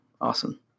Awesome